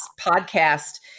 podcast